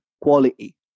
quality